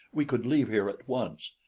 we could leave here at once.